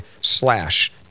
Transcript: slash